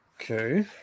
Okay